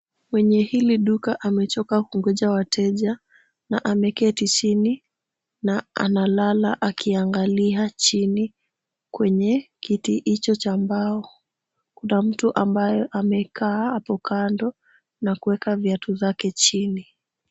Mwenye hili duka amechoka kungonja wateja na ameketi chini na analala akiangalia chini. Kwenye kiti hicho cha mbao, kuna mtu ambayo amekaa hapo kando na kuweka viatu vyake chini.